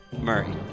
Murray